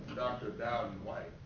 dr. dowden-white.